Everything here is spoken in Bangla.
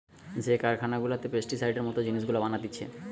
যে কারখানা গুলাতে পেস্টিসাইডের মত জিনিস গুলা বানাতিছে